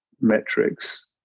metrics